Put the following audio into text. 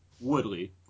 Woodley